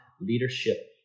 leadership